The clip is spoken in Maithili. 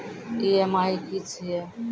ई.एम.आई की छिये?